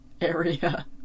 area